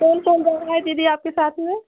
कौन कौन जा रहा है दीदी आपके साथ में